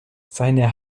seine